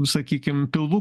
sakykim pilvų